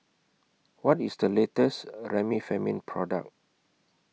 What IS The latest Remifemin Product